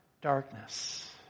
darkness